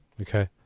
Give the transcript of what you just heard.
Okay